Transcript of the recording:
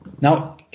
Now